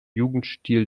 jugendstil